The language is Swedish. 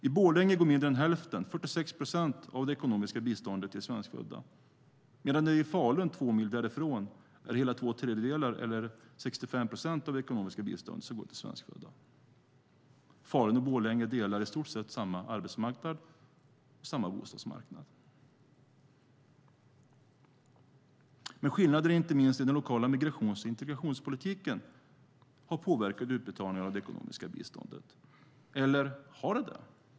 I Borlänge går mindre än hälften, 46 procent, av det ekonomiska biståndet till svenskfödda, medan det i Falun, två mil därifrån, är hela två tredjedelar, eller 65 procent, av det ekonomiska biståndet som går till svenskfödda. Falun och Borlänge delar i stort sett samma arbetsmarknad och samma bostadsmarknad, men skillnader inte minst i den lokala migrations och integrationspolitiken har påverkat utbetalningarna av det ekonomiska biståndet. Eller har de det?